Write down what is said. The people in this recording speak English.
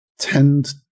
tend